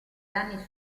danni